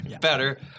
Better